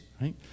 right